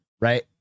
right